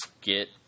get